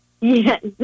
Yes